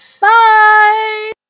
Bye